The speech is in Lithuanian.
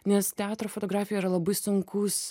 nes teatro fotografija yra labai sunkūs